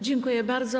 Dziękuję bardzo.